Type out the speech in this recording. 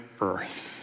earth